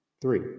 Three